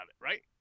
right